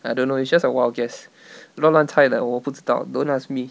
I don't know it's just a wild guess 乱乱猜的我不知道 don't ask me